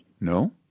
No